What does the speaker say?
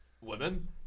women